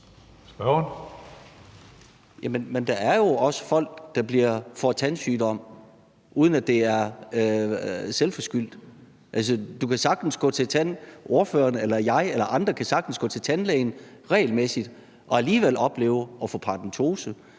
der er jo også folk, der får en tandsygdom, uden at det er selvforskyldt. Altså, ordføreren eller jeg eller andre kan sagtens gå til tandlægen regelmæssigt og alligevel opleve at få paradentose.